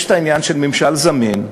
יש העניין של ממשל זמין,